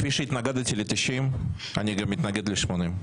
כפי שהתנגדתי ל-90 אני גם מתנגד ל-80.